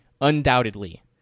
Undoubtedly